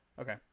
Okay